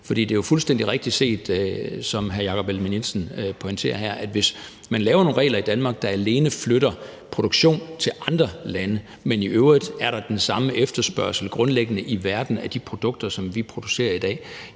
For det er jo fuldstændig rigtigt set, som hr. Jakob Ellemann-Jensen pointerer her, at hvis man laver nogle regler i Danmark, der alene flytter produktion til andre lande, men der i øvrigt grundlæggende er den samme efterspørgsel i verden efter de produkter, som vi producerer i dag,